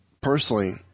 personally